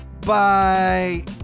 Bye